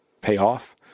payoff